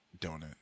donut